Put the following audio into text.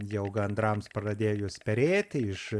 jau gandrams pradėjus perėti iš